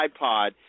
iPod